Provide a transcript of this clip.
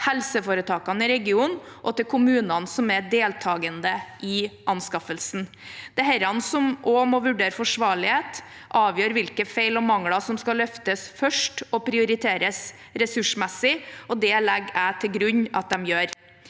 helseforetakene i regionen og kommunene som er deltakende i anskaffelsen. Disse, som også må vurdere forsvarlighet, avgjør hvilke feil og mangler som skal løftes fram først og prioriteres ressursmessig. Det legger jeg til grunn at de gjør.